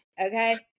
okay